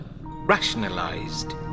rationalized